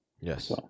Yes